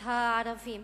הערבים.